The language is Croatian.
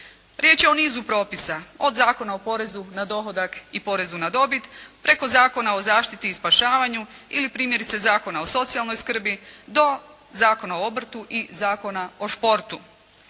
Riječ je o niz propisa, od Zakona o porezu na dohodak i porezu na dobit, preko Zakona o zaštiti i spašavanju ili primjerice Zakona o socijalnoj skrbi, do Zakona o obrtu i Zakona o športu.